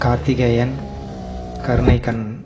Karthikeyan Karunai Kannan